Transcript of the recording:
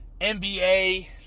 NBA